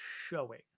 showing